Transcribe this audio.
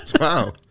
Wow